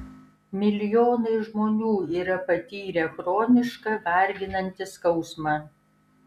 milijonai žmonių yra patyrę chronišką varginantį skausmą